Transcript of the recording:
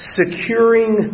securing